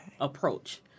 approach